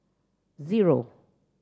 zero